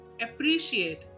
appreciate